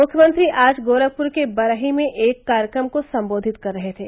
मुख्यमंत्री आज गोरखपुर के बरही में एक कार्यक्रम को सम्बोधित कर रहे थे